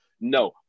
No